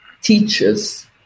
teachers